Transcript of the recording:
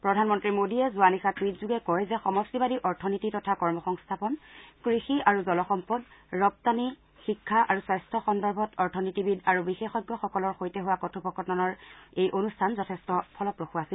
প্ৰধানমন্ত্ৰী মোদীয়ে যোৱা নিশা টুইটযোগে কয় যে সমষ্টিবাদী অথনীতি তথা কৰ্মসংস্থাপন কৃষি আৰু জল সম্পদ ৰপুানি শিক্ষা আৰু স্বাস্থ্য সন্দৰ্ভত অৰ্থনীতিবিদ আৰু বিশেষজ্ঞসকলৰ সৈতে হোৱা কথোপকথনৰ এই অনুষ্ঠান যথেষ্ট ফলপ্ৰসু আছিল